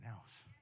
else